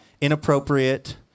inappropriate